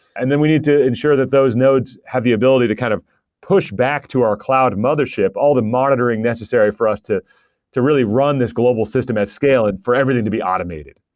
and then we need to ensure that those nodes have the ability to kind of push back to our cloud mothership all the monitoring necessary for us to to really run this global system at scale and for everything to be automated.